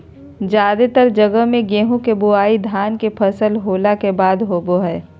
जादेतर जगह मे गेहूं के बुआई धान के फसल होला के बाद होवो हय